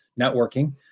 networking